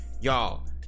y'all